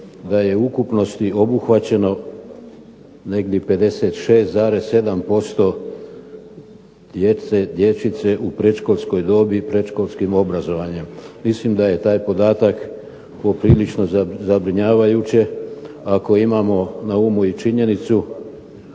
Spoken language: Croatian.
da je u ukupnosti obuhvaćeno negdje 56,7% dječice u predškolskoj dobi predškolskim obrazovanjem. Mislim da je taj podatak poprilično zabrinjavajuće ako imamo na umu činjenicu